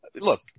Look